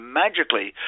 magically